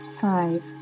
Five